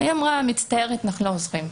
היא אמרה, מצטערת, אנחנו לא עוזרים.